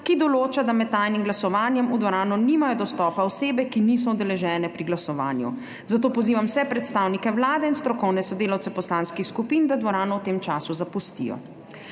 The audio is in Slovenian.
ki določa, da med tajnim glasovanjem v dvorano nimajo dostopa osebe, ki niso udeležene pri glasovanju. Zato pozivam vse predstavnike vlade in strokovne sodelavce poslanskih skupin, da dvorano v tem času zapustijo.